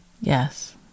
Yes